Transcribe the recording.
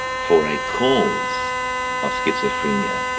for a cause of schizophrenia.